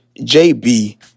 JB